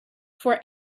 for